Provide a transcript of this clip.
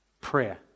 Prayer